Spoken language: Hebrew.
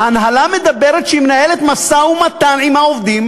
ההנהלה אומרת שהיא מנהלת משא-ומתן עם העובדים,